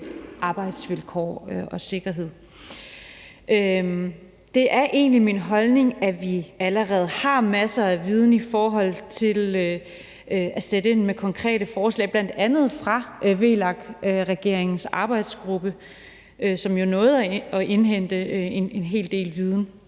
arbejdsvilkår og sikkerhed. Det er egentlig min holdning, at vi allerede har masser af viden i forhold til at sætte ind med konkrete forslag, bl.a. fra VLAK-regeringens arbejdsgruppe, som nåede at indhente en hel del viden.